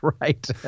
right